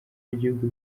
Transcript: y’igihugu